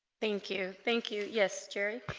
thank you thank you yes jerry